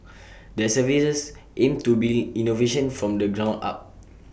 their services aim to build innovation from the ground up